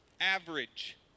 Average